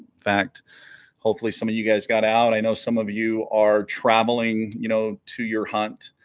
fact hopefully some of you guys got out i know some of you are traveling you know to your hunt